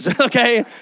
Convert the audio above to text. okay